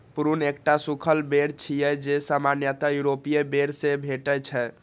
prune एकटा सूखल बेर छियै, जे सामान्यतः यूरोपीय बेर सं भेटै छै